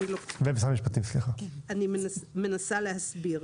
אני מנסה להסביר.